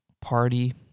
party